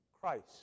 Christ